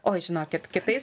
oi žinokit kitais